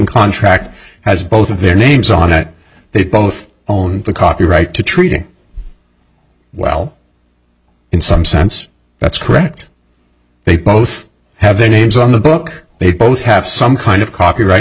contract has both of their names on it they both own the copyright to treating well in some sense that's correct they both have their names on the book they both have some kind of copyright